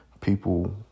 people